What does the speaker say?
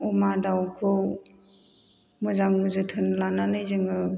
अमा दाउखौ मोजां जोथोन लानानै जोङो